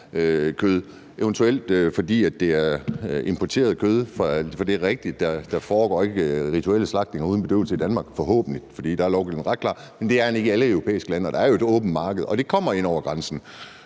kød, eventuelt fordi det er importeret kød. For det er rigtigt, at der ikke foregår rituelle slagtninger uden bedøvelse i Danmark, forhåbentlig, for der er lovgivningen ret klar. Men det er den ikke i alle europæiske lande, og der er jo et åbent marked, og det kommer ind over grænsen.